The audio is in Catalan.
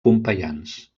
pompeians